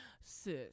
Sis